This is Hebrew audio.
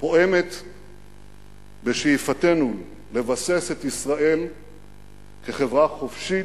פועמת בשאיפתנו לבסס את ישראל כחברה חופשית,